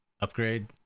upgrade